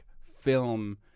film